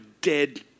dead